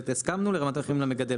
הסכמנו לרמת המחירים למגדל,